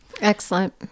Excellent